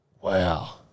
Wow